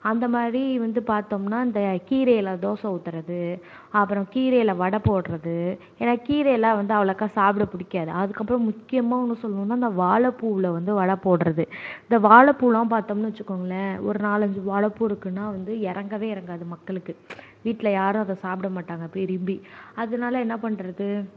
அந்தமாதிரி வந்து பார்த்தோம்னா இந்த கீரையில் தோசை ஊத்துறது அப்பறம் கீரையில் வடை போடுறது ஏன்னா கீரைலாம் வந்து அவ்வளோக்கா சாப்பிட பிடிக்காது அதுக்கு அப்புறோம் முக்கியமாக ஒன்று சொல்லணும்னா இந்த வாழைப்பூவுல வந்து வடை போடுறது இந்த வாழைப்பூலாம் பார்த்தோம்ன்னு வச்சிகோங்களேன் ஒரு நாலஞ்சு வாழைப்பூ இருக்குதுன்னா வந்து இறங்கவே இறங்காது மக்களுக்கு வீட்டில யாரும் அதை சாப்பிட மாட்டாங்க விரும்பி அதனால் என்ன பண்ணுறது